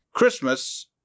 Christmas